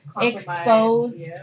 exposed